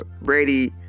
Brady